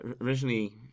originally